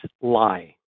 lie